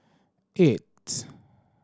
eights